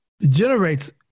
generates